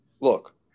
Look